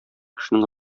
кешенең